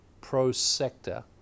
pro-sector